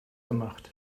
gemacht